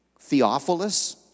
Theophilus